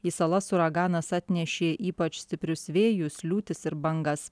į salas uraganas atnešė ypač stiprius vėjus liūtis ir bangas